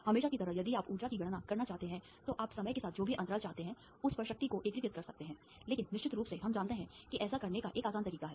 हमेशा की तरह यदि आप ऊर्जा की गणना करना चाहते हैं तो आप समय के साथ जो भी अंतराल चाहते हैं उस पर शक्ति को एकीकृत कर सकते हैं लेकिन निश्चित रूप से हम जानते हैं कि ऐसा करने का एक आसान तरीका है